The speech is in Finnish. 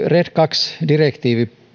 red kaksi direktiivi